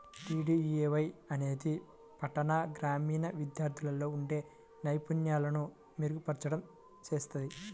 DDUAY అనేది పట్టణ, గ్రామీణ విద్యార్థుల్లో ఉండే నైపుణ్యాలను మెరుగుపర్చడం చేత్తది